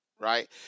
Right